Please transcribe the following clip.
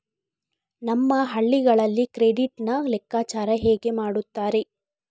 ನಮ್ಮ ಹಳ್ಳಿಗಳಲ್ಲಿ ಕ್ರೆಡಿಟ್ ನ ಲೆಕ್ಕಾಚಾರ ಹೇಗೆ ಮಾಡುತ್ತಾರೆ?